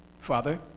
Father